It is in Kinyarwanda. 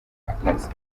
akazi